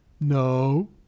No